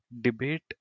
debate